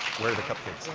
where are the cupcakes?